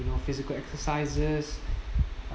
you know physical exercises